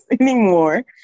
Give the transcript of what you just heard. anymore